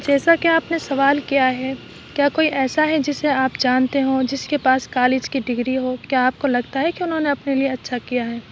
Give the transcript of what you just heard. جیسا کہ آپ نے سوال کیا ہے کیا کوئی ایسا ہے جسے آپ جانتے ہوں جس کے پاس کالج کی ڈگری ہو کیا آپ کو لگتا ہے کہ انہوں نے اپنے لیے اچھا کیا ہے